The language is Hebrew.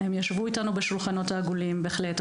הם ישבו איתנו בשולחן העגולים בהחלט,